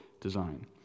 design